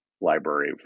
library